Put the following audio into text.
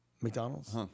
McDonald's